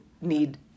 need